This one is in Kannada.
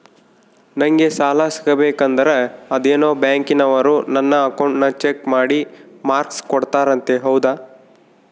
ನಂಗೆ ಸಾಲ ಸಿಗಬೇಕಂದರ ಅದೇನೋ ಬ್ಯಾಂಕನವರು ನನ್ನ ಅಕೌಂಟನ್ನ ಚೆಕ್ ಮಾಡಿ ಮಾರ್ಕ್ಸ್ ಕೋಡ್ತಾರಂತೆ ಹೌದಾ?